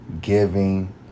giving